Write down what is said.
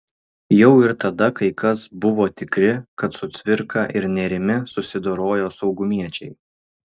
jau ir tada kai kas buvo tikri kad su cvirka ir nėrimi susidorojo saugumiečiai